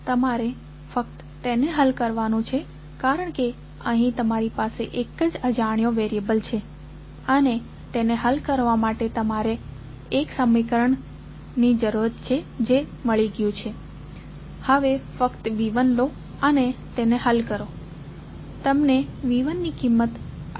તમારે ફક્ત તેને હલ કરવાનું છે કારણ કે અહીં તમારી પાસે 1 જ અજાણ્યો વેરીએબલ છે અને તેને હલ કરવા માટે તમને એક સમીકરણ મળી ગયું છે તમે ફક્ત V1 લો અને તેને હલ કરો તમને V1 ની કિંમત 28